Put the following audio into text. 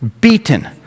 beaten